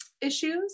issues